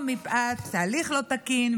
או מפאת הליך לא תקין,